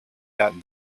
that